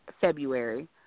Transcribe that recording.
February